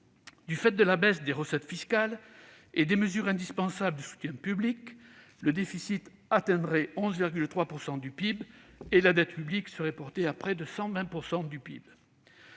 Du fait de la baisse des recettes fiscales et des mesures indispensables de soutien public, le déficit atteindrait 11,3 % du PIB, et la dette publique serait portée à près de 120 % du PIB.